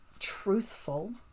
truthful